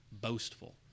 boastful